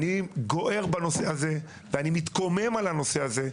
אני גוער בנושא הזה ואני מתקומם על הנושא הזה,